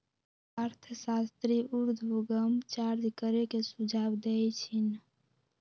अर्थशास्त्री उर्ध्वगम चार्ज करे के सुझाव देइ छिन्ह